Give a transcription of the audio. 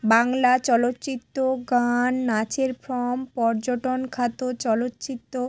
বাংলা চলচিত্র গান নাচের ফর্ম পর্যটন খা তো চলচিত্র